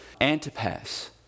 Antipas